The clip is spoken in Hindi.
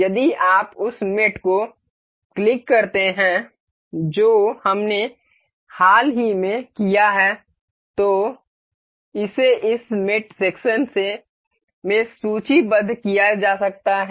यदि आप उस मेट को क्लिक करते हैं जो हमने हाल ही में किया है तो इसे इस मेट सेक्शन में सूचीबद्ध किया जा सकता है